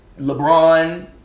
LeBron